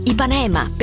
Ipanema